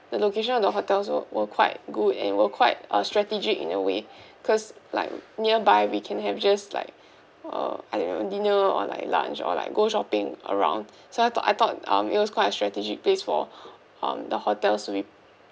the location on the hotels were were quite good and were quite uh strategic in a way because like nearby we can have just like uh I don't know dinner or like lunch or like go shopping around so I thought I thought um it was quite a strategic place for um the hotels to be